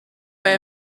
bij